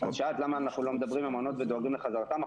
שאלת למה אנחנו לא מדברים על המעונות ודואגים לחזרתם?